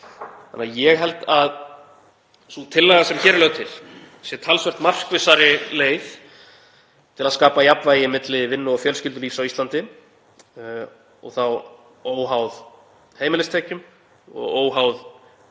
Þannig að ég held að sú tillaga sem hér er lögð til sé talsvert markvissari leið til að skapa jafnvægi milli vinnu og fjölskyldulífs á Íslandi og þá óháð heimilistekjum og óháð